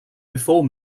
before